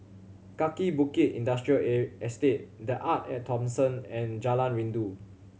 Kaki Bukit Industrial air Estate The Arte At Thomson and Jalan Rindu